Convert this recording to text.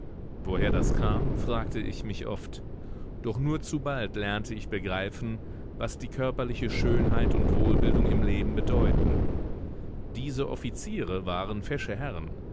woher das kam fragte ich mich oft doch nur zu bald lernte ich begreifen was die körperliche schönheit und wohlbildung im leben bedeuten diese offiziere waren fesche herren